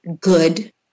good